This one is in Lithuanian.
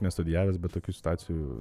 nestudijavęs bet tokių stacijų